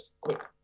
quick